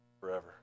forever